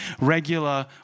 regular